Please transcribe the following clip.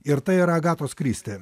ir tai yra agatos kristi